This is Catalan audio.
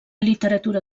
literatura